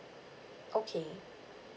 okay